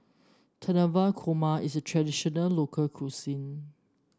Korma is a traditional local cuisine